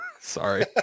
sorry